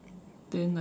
then like